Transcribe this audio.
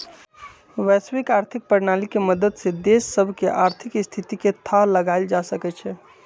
वैश्विक आर्थिक प्रणाली के मदद से देश सभके आर्थिक स्थिति के थाह लगाएल जा सकइ छै